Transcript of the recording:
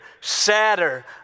sadder